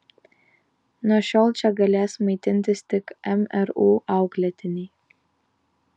nuo šiol čia galės maitintis tik mru auklėtiniai